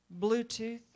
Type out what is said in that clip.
Bluetooth